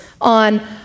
on